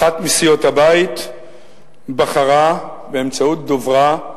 אחת מסיעות הבית בחרה אמש לפרסם, באמצעות דוברה,